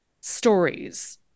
stories